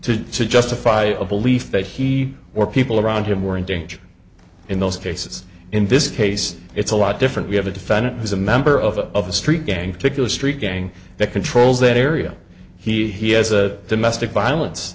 position to justify a belief that he or people around him were in danger in those cases in this case it's a lot different we have a defendant who's a member of a of a street gang particular street gang that controls that area he he has a domestic violence